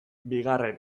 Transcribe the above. bigarren